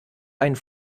einem